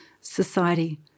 society